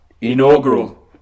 inaugural